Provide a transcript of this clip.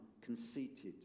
conceited